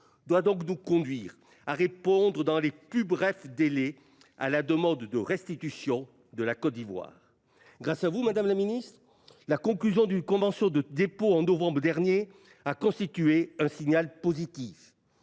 doit donc nous conduire à répondre dans les plus brefs délais à la demande de restitution de la Côte d'Ivoire. Grâce à vous Madame la Ministre, la conclusion d'une convention de dépôt en novembre dernier a constitué un signal positif.